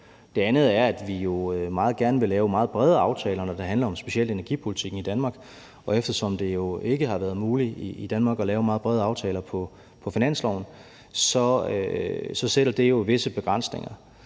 Den anden er, at vi jo meget gerne vil lave meget brede aftaler, når det handler om specielt energipolitikken i Danmark, og eftersom det ikke har været muligt i Danmark at lave meget brede aftaler på finansloven, sætter det jo visse begrænsninger.